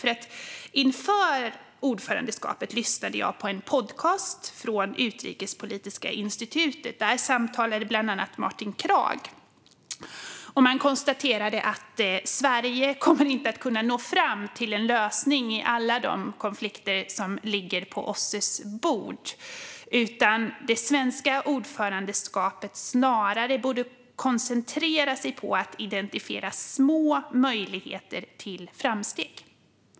Inför ordförandeskapet lyssnade jag på en podcast från Utrikespolitiska institutet. Där talade bland annat Martin Kragh. Man konstaterade att Sverige inte kommer att kunna nå fram till en lösning i alla de konflikter som ligger på OSSE:s bord. Det svenska ordförandeskapet borde snarare koncentrera sig på att identifiera små möjligheter till framsteg.